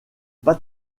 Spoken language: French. pas